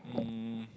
um